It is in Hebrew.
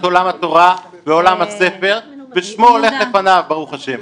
עולם התורה ועולם הספר ושמו הולך לפניו ברוך ה'.